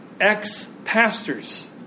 ex-pastors